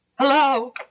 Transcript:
Hello